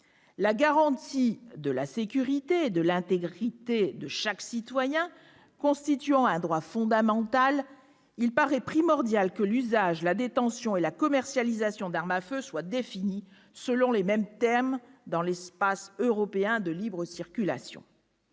La garantie de la sécurité et de l'intégrité de chaque citoyen constituant un droit fondamental, il paraît primordial que l'usage, la détention et la commercialisation d'armes à feu soient définis selon les mêmes termes dans l'espace européen de libre circulation.